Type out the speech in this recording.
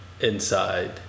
inside